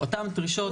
אותן דרישות.